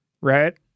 right